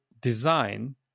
design